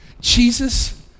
Jesus